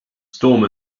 storm